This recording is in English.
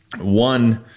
One